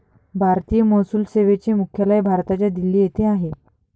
भारतीय महसूल सेवेचे मुख्यालय भारताच्या दिल्ली येथे आहे